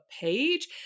page